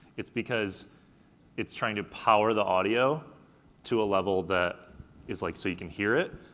it's because it's trying to power the audio to a level that is like so you can hear it,